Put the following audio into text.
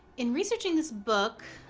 in researching this book,